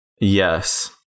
Yes